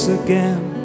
again